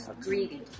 greedy